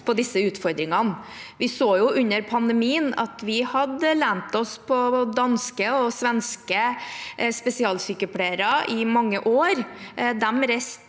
på disse utfordringene. Vi så under pandemien at vi hadde lent oss på danske og svenske spesialsykepleiere i mange år.